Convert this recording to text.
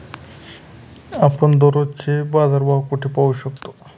आपण दररोजचे बाजारभाव कोठे पाहू शकतो?